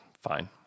fine